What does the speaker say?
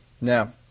Now